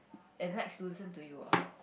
and likes to listen to you ah